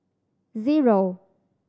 zero